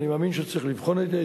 אני מאמין שצריך לבחון את זה.